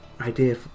idea